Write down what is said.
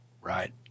Right